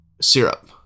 syrup